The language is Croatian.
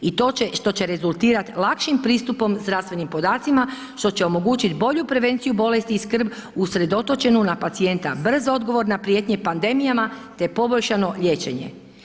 I to će, što će rezultirati lakšim pristupom zdravstvenim podacima, što će omogućiti bolju prevenciju bolesti i skrb usredotočenu na pacijenta, brz odgovor na prijetnje pandemijama te poboljšano liječenje.